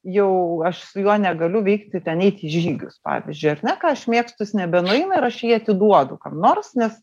jau aš su juo negaliu vykti ten eit į žygius pavyzdžiui ar ne ką aš mėgstu jis nebenueina ir aš jį atiduodu kam nors nes